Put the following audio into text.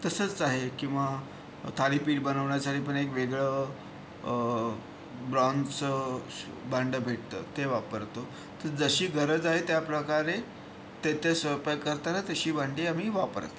तसंच आहे किंवा थालीपीठ बनवण्यासाठी पण एक वेगळं ब्रॉन्झचं भांडं भेटतं ते वापरतो तर जशी गरज आहे त्याप्रकारे ते ते स्वयंपाक करताना तशी भांडी आम्ही वापरतो